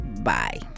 bye